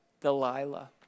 Delilah